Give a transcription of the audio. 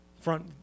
Front